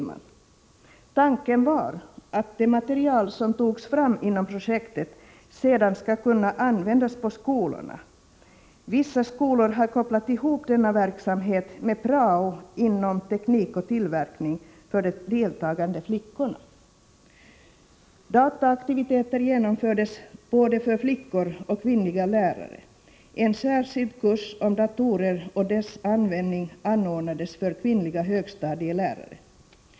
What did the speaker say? Tanken var att det material som togs fram inom projektet sedan skall kunna användas på skolorna. Vissa skolor har kopplat ihop denna verksamhet med prao inom ”teknik och tillverkning” för de deltagande flickorna. Dataaktiviteter genomfördes både för flickor och för kvinnliga lärare. En särskild kurs om datorer och deras användning anordnades för kvinnliga högstadielärare.